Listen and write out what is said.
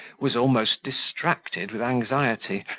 was almost distracted with anxiety,